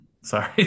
Sorry